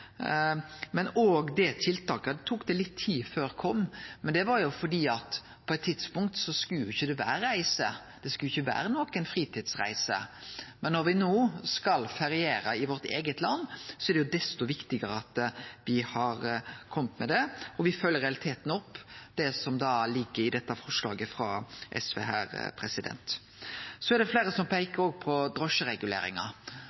Det tok litt tid før det tiltaket kom, men det var fordi ein på eitt tidspunkt ikkje skulle reise, det skulle ikkje vere nokon fritidsreiser. Men når me no skal feriere i vårt eige land, er det desto viktigare at me har kome med det, og me følgjer i realiteten opp det som ligg i forslaget frå SV her. Så er det fleire som